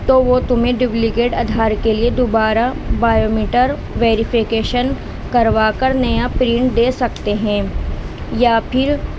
تو وہ تمہیں ڈپلیکیٹ آدھار کے لیے دوبارہ بایومیٹرک ویریفیکیشن کروا کر نیا پرنٹ دے سکتے ہیں یا پھر